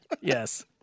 Yes